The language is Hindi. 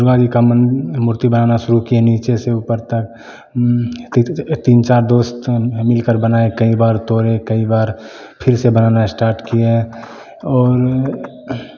दुर्गा जी का मूर्ति बनाना शुरू किए नीचे से ऊपर तक तीन चार दोस्त मिलकर बनाए कई बार तोड़े कई बार फिर से बनाना स्टार्ट किए और